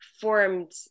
formed